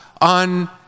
on